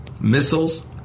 Missiles